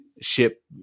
ship